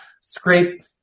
scrape